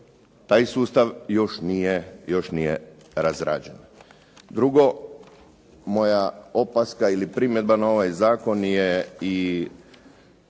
Taj sustav još nije razrađen. Drugo, moja opaska ili primjedba na ovaj zakon je i